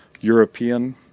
European